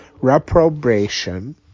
Reprobation